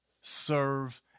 serve